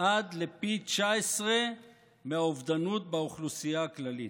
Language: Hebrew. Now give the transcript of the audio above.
עד לפי 19 מהאובדנות באוכלוסייה הכללית.